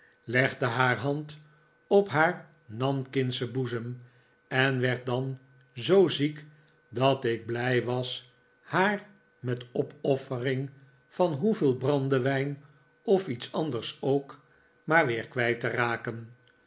legde haar hand op haar nankingschen boezem en werd dan zoo ziek dat ik blij was haar met opoffering van hoeveel brandewijn of iets anders ook maar weer kwijt te raken